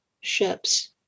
ships